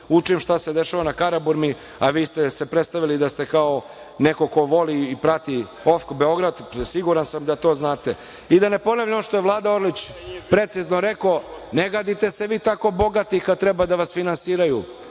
učim šta se dešava na Karaburmi, a vi ste se predstavili da ste kao neko ko voli i prati OFK Beograd. Siguran sam da to znate. Da ne ponavljam ono što je Vlada Orlić precizno rekao, ne gadite se vi tako bogatih kada treba da vas finansiraju